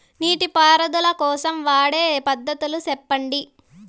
నీటి పారుదల కోసం వాడే పద్ధతులు సెప్పండి?